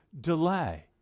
delay